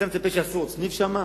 אתה מצפה שיקימו עוד סניף שם?